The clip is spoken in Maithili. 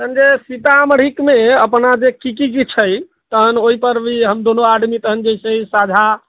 तहन से सीतामढ़ीमे अपना जे की की चीज छै तहन ओहिपरभी हमदुनू आदमी तहन जे छै साझा